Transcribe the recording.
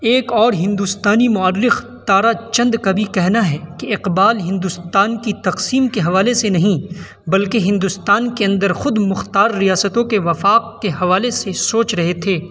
ایک اور ہندوستانی مورخ تارا چند کا بھی کہنا ہے کہ اقبال ہندوستان کی تقسیم کے حوالے سے نہیں بلکہ ہندوستان کے اندر خود مختار ریاستوں کے وفاق کے حوالے سے سوچ رہے تھے